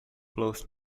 blows